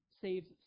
saves